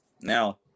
Now